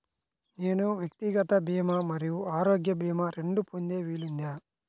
నేను వ్యక్తిగత భీమా మరియు ఆరోగ్య భీమా రెండు పొందే వీలుందా?